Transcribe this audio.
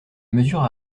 mesures